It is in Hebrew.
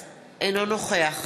אינו נוכח